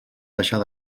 deixar